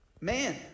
man